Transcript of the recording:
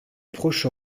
proche